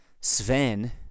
Sven